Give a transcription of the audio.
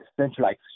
centralized